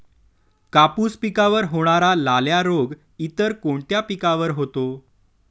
कापूस पिकावर होणारा लाल्या रोग इतर कोणत्या पिकावर होतो?